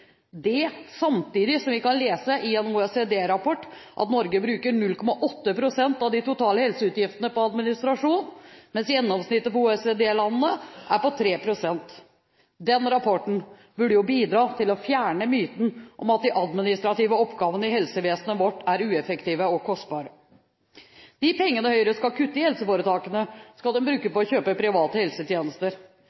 – samtidig som vi kan lese i en OECD-rapport at Norge bruker 0,8 pst. av de totale helseutgiftene på administrasjon, mens gjennomsnittet for OECD-landene er på 3 pst. Den rapporten burde jo bidra til å fjerne myten om at de administrative oppgavene i helsevesenet vårt er ueffektive og kostbare. De pengene som Høyre skal kutte i helseforetakene, skal de bruke